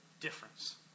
difference